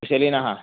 कुशलीनः